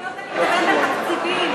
אני מדברת על תקציבים.